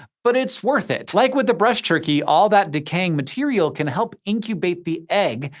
but it's worth it. like with the brushturkey, all that decaying material can help incubate the egg,